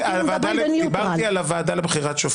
אני דיברתי על הוועדה לבחירת שופטים.